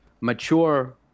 mature